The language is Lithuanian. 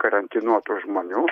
karantinuotų žmonių